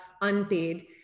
unpaid